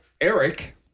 Eric